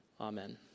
Amen